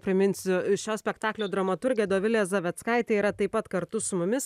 priminsiu šio spektaklio dramaturgė dovilė zaveckaitė yra taip pat kartu su mumis